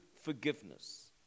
forgiveness